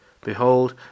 Behold